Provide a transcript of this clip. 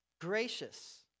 gracious